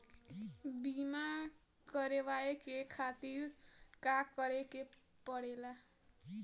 बीमा करेवाए के खातिर का करे के पड़ेला?